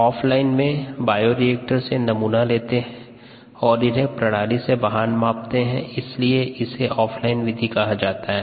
of line में bioreactor से नमूना लेते हैं और इन्हें प्रणाली से बाहर मापते हैं इसीलिए इसे ऑफ लाइन विधि कहा जाता है